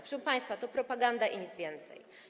Proszę państwa, to propaganda i nic więcej.